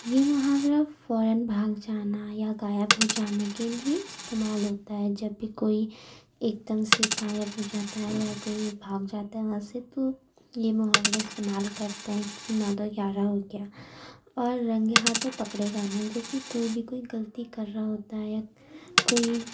یہ محاورہ فوراً بھاگ جانا یا غائب ہو جانے کے لیے استعمال ہوتا ہے جب بھی کوئی ایک دم سے غائب ہو جاتا ہے یا کوئی بھاگ جاتا ہے وہاں سے تو یہ محاورے استعمال کرتے ہیں کہ نو دو گیارہ ہو گیا اور رنگے ہاتھوں پکڑے جانا جیسے کوئی بھی کوئی غلطی کر رہا ہوتا ہے کوئی